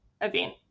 event